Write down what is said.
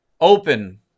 open